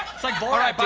it's like borat, but